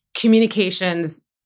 communications